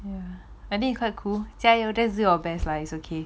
ya I think is quite cool 加油 just do your best lah it's okay